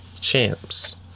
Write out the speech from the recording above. Champs